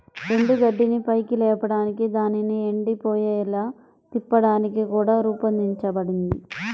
ఎండుగడ్డిని పైకి లేపడానికి దానిని ఎండిపోయేలా తిప్పడానికి కూడా రూపొందించబడింది